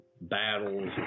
battles